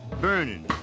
Burning